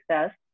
Success